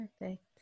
Perfect